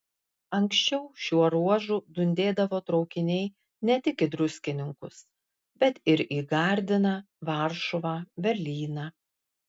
anksčiau šiuo ruožu dundėdavo traukiniai ne tik į druskininkus bet ir į gardiną varšuvą berlyną